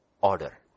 order